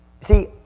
See